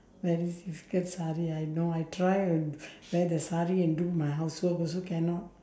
very difficult sari I know I try and wear the sari and do my housework also cannot